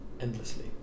endlessly